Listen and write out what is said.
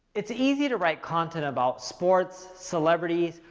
it's easy to write content about sports, celebrities,